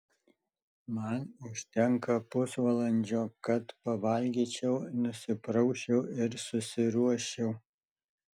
man užtenka pusvalandžio kad pavalgyčiau nusiprausčiau ir susiruoščiau